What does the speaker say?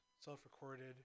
self-recorded